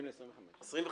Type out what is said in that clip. "אחרי"